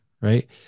right